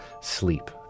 sleep